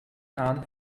aan